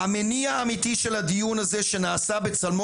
המניע האמיתי של הדיון הזה שנעשה בצלמה